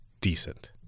decent